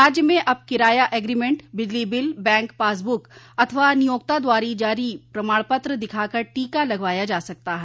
राज्य में अब किराया एग्रीमेंट बिजली बिल बैंक पासब्रक अथवा नियोक्ता द्वारा जारी प्रमाणपत्र दिखाकर टीका लगवाया जा सकता है